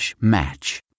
match